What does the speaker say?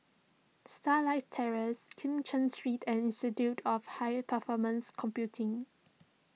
Starlight Terrace Kim Cheng Street and Institute of High Performance Computing